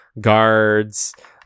guards